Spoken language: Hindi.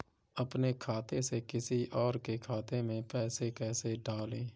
अपने खाते से किसी और के खाते में पैसे कैसे डालें?